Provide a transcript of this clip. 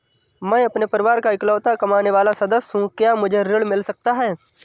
मैं अपने परिवार का इकलौता कमाने वाला सदस्य हूँ क्या मुझे ऋण मिल सकता है?